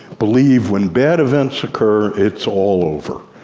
believe when bad events occur it's all over.